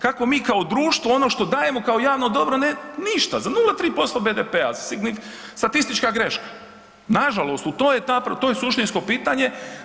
Kako mi kao društvo ono što dajemo kao javno dobro ne ništa, za 0,3% BDP-a, statistička greška, nažalost to je ta, to je suštinsko pitanje.